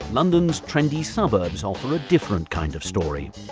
london's trendy suburbs offer a different kind of story.